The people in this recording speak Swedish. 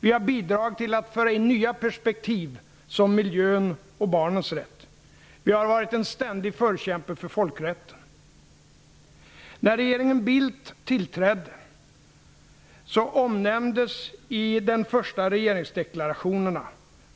Vi har bidragit till att föra in nya perspektiv som miljön och barnens rätt. Vi har varit en ständig förkämpe för folkrätten. När regeringen Bildt tillträdde omnämndes i den första regeringsdeklarationen